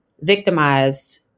victimized